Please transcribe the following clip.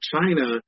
China